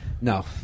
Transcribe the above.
no